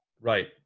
Right